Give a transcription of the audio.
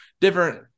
different